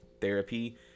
therapy